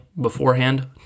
beforehand